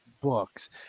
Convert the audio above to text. books